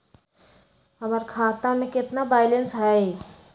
हमर खाता में केतना बैलेंस हई?